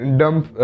dump